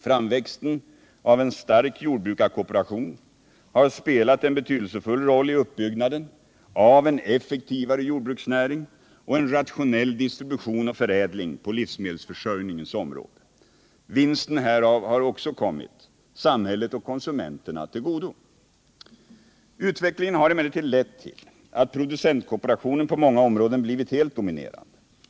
Framväxten av en stark jordbrukarkooperation har spelat en betydelsefull roll i uppbyggnaden av en effektivare jordbruksnäring och en rationell distribution och förädling på livsmedelsförsörjningens område. Vinsten härav har också kommit samhället och konsumenterna till godo, Utvecklingen har emellertid lett till att producentkooperationen på 15 många områden blivit helt dominerande.